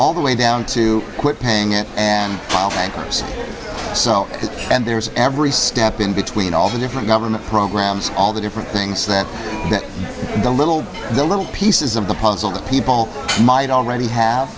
all the way down to quit paying it and i think so and there's every step in between all the different government programs all the different things that the little the little pieces of the puzzle that people might already have